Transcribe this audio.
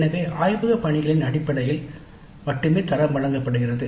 எனவே ஆய்வகப் பணிகளின் அடிப்படையில் மட்டுமே தரம் வழங்கப்படுகிறது